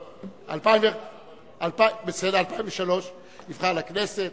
לא, 2003. בסדר, ב-2003 נבחר לכנסת,